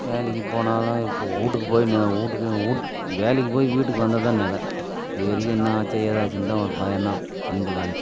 வேலைக்கு போனாலும் இப்போது வீட்டுக்கு போய் நெ வீட்டுக்கு வீட்டுக்கு வேலைக்கு போய் வீட்டுக்கு வந்தால் தான் நிலை இதுவரைக்கும் என்னாச்சு ஏதாச்சுன்னு தான் ஒரு பயம் தான் பெண்களை நினைச்சு